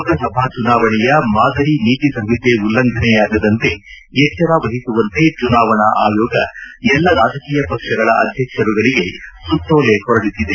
ಲೋಕಸಭಾ ಚುನಾವಣೆಯ ಮಾದರಿ ನೀತಿಸಂಹಿತೆ ಉಲ್ಲಂಘನೆಯಾಗದಂತೆ ಎಚ್ಚರ ವಹಿಸುವಂತೆ ಚುನಾವಣಾ ಆಯೋಗ ಎಲ್ಲಾ ರಾಜಕೀಯ ಪಕ್ಷಗಳ ಅಧ್ಯಕ್ಷರುಗಳಿಗೆ ಸುತ್ತೋಲೆ ಹೊರಡಿಸಿದೆ